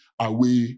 away